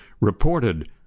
reported